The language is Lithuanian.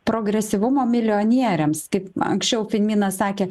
progresyvumo milijonieriams kaip anksčiau kaimynas sakė